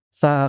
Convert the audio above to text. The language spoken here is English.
sa